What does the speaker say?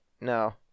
No